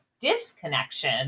disconnection